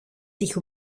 sich